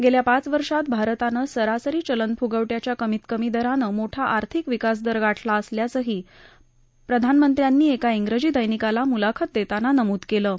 गेल्या पाच वर्षात भारतानं सरासरी चलन फ्गवट्याच्या कमीत कमी दरानं मोठा आर्थिक विकास दर गाठला असल्याचंही प्रधानमंत्र्यांनी एका इंग्रजी दमिकाला मुलाखत देताना नमुद केलं आहे